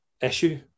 issue